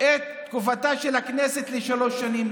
את תקופתה של הכנסת לשלוש שנים.